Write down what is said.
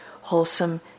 wholesome